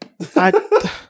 I-